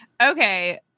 okay